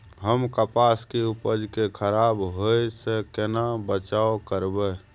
हम कपास के उपज के खराब होय से केना बचाव करबै?